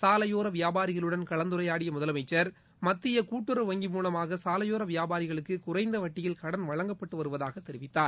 சாலையோர வியாபாரிகளுடன் கலந்துரையாடிய முதலமைச்சர் மத்திய கூட்டுறவு வங்கி மூலமாக சாலையோர வியாபாரிகளுக்கு குறைந்த வட்டியில் கடன் வழங்கப்பட்டு வருவதாக தெரிவித்தார்